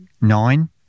nine